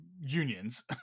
unions